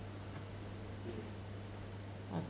okay